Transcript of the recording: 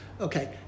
Okay